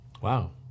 Wow